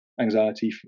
anxiety